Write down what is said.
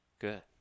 Good